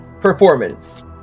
performance